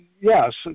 yes